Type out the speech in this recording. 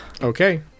okay